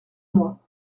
moi